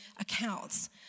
accounts